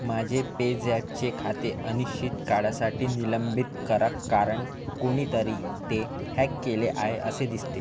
माझे पेझॅपचे खाते अनिश्चित काळासाठी निलंबित करा कारण कोणीतरी ते हॅक केले आहे असे दिसते